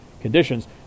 conditions